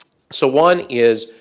so one is,